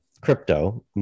crypto